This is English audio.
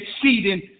exceeding